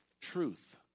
truth